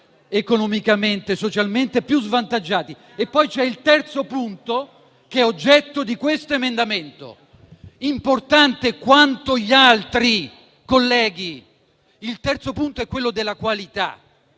economicamente e socialmente più svantaggiati. Poi c'è il terzo punto che è oggetto di questo emendamento, importante quanto gli altri: è il punto della qualità